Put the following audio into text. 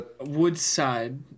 Woodside